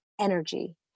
energy